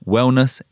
Wellness